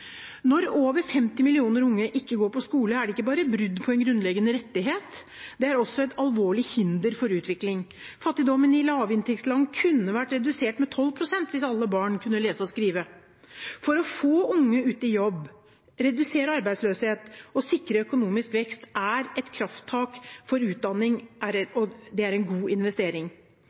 Når over 50 millioner unge ikke går på skole, er det ikke bare brudd på en grunnleggende rettighet, det er også et alvorlig hinder for utvikling. Fattigdommen i lavinntektsland kunne vært redusert med 12 pst. hvis alle barn kunne lese og skrive. For å få unge ut i jobb, redusere arbeidsløshet og sikre økonomisk vekst er et krafttak for utdanning